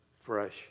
fresh